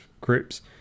groups